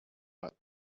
but